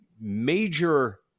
major